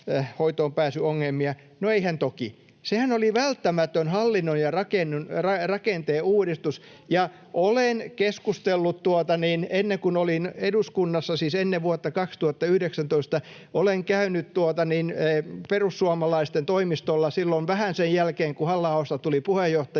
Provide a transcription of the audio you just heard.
hoitoonpääsyongelmia. No, eihän toki. Sehän oli välttämätön hallinnon ja rakenteen uudistus. [Minna Reijosen välihuuto] Olen keskustellut ennen kuin olin eduskunnassa, siis ennen vuotta 2019, ja olen käynyt perussuomalaisten toimistolla silloin vähän sen jälkeen, kun Halla-ahosta tuli puheenjohtaja,